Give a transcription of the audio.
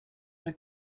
are